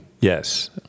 yes